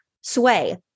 sway